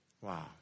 Wow